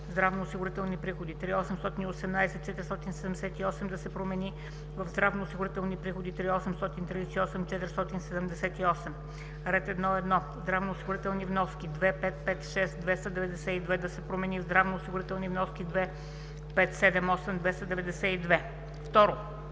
„Здравноосигурителни приходи 3 818 478,0“ да се промени в „Здравноосигурителни приходи 3 838 478,0“; - Ред 1.1 „Здравноосигурителни вноски 2 556 292,0“ да се промени в „Здравноосигурителни вноски 2 578 292,0“.